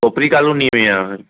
Kopri colony में आहे